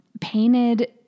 painted